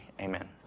amen